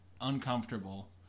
uncomfortable